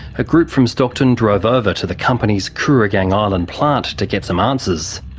a group from stockton drove over to the company's kooragang ah island plant to get some answers.